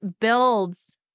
builds